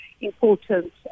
important